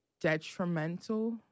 detrimental